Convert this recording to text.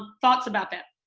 thoughts about that?